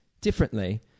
differently